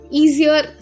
easier